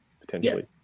potentially